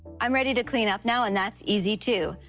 i'm ready to clean up now, and that's easy too.